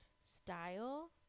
style